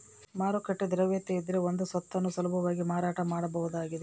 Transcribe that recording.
ಮಾರುಕಟ್ಟೆ ದ್ರವ್ಯತೆಯಿದ್ರೆ ಒಂದು ಸ್ವತ್ತನ್ನು ಸುಲಭವಾಗಿ ಮಾರಾಟ ಮಾಡಬಹುದಾಗಿದ